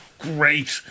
great